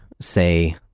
say